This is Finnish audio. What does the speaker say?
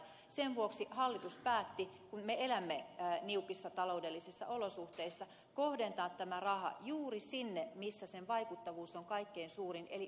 sen vuoksi hallitus päätti kun me elämme niukoissa taloudellisissa olosuhteissa kohdentaa tämän rahan juuri sinne missä sen vaikuttavuus on kaikkein suurin eli yksinhuoltajille